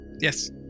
Yes